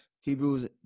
Hebrews